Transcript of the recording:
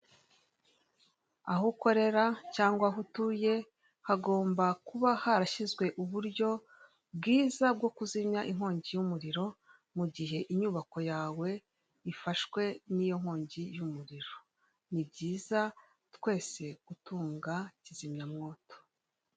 Aho ukorera cyangwa aho utuye hagomba kuba harashizwe uburyo bwiza bwo kuzimya inkongi y'umuriro mugihe inyubako yawe ifashwe n'inkongi y'umuriro. Ni byiza twese gutunga kizimyamwoto.